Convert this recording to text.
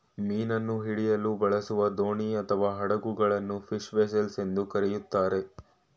ಮೀನನ್ನು ಹಿಡಿಯಲು ಬಳಸುವ ದೋಣಿ ಅಥವಾ ಹಡಗುಗಳನ್ನು ಫಿಶ್ ವೆಸೆಲ್ಸ್ ಎಂದು ಕರಿತಾರೆ